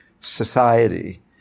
society